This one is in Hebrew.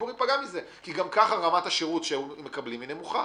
כי גם ככה רמת השירות שמקבלים היא נמוכה.